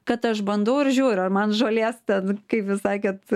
kad aš bandau ir žiūriu ar man žolės ten kaip jūs sakėt